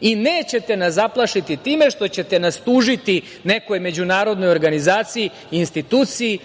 i nećete nas zaplašiti time što ćete nas tužiti nekoj međunarodnoj organizaciji i instituciji